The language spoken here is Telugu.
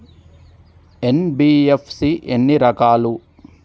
ఎన్.బి.ఎఫ్.సి ఎన్ని రకాలు?